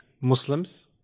Muslims